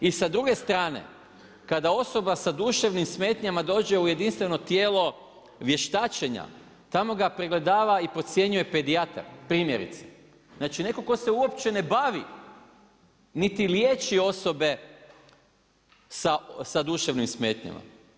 I sa druge strane kada osoba sa duševnim smetnjama dođe u jedinstveno tijelo vještačenja, tamo ga pregledava i procjenjuje pedijatar primjerice, znači neko se uopće ne bavi niti liječi osobe sa duševnim smetnjama.